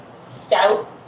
stout